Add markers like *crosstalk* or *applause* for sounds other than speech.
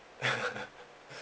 *laughs*